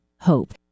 hope